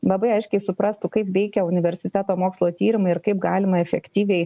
labai aiškiai suprastų kaip veikia universiteto mokslo tyrimai ir kaip galima efektyviai